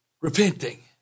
repenting